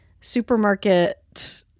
supermarket